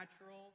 natural